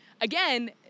again